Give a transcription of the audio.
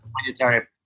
Monetary